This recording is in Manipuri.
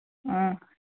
ꯑꯥ